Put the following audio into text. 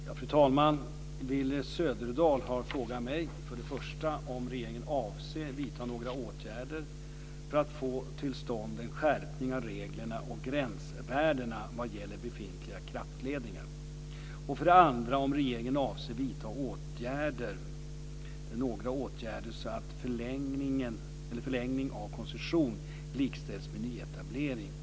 Fru talman! Willy Söderdahl har frågat mig för det första om regeringen avser vidta några åtgärder för att få till stånd en skärpning av reglerna och gränsvärdena vad gäller befintliga kraftledningar. För det andra har han frågat mig om regeringen avser vidta några åtgärder så att förlängning av koncession likställs med nyetablering.